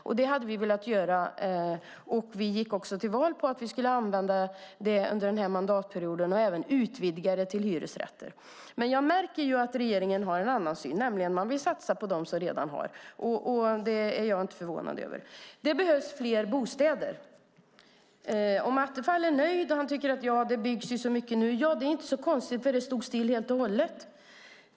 Det hade vi velat göra, och vi gick också till val på att vi skulle använda ROT under den här mandatperioden och även utvidga det till hyresrätter. Men jag märker att regeringen har en annan syn: Man vill satsa på dem som redan har. Det är jag inte förvånad över. Det behövs fler bostäder. Stefan Attefall verkar vara nöjd och säger att det byggs så mycket nu. Ja, det är inte så konstigt, för det stod ju still helt och hållet förut.